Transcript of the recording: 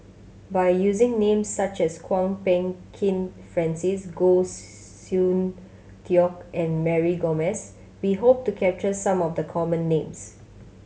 by using names such as Kwok Peng Kin Francis Goh Soon Tioe and Mary Gomes we hope to capture some of the common names